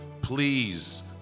please